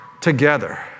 together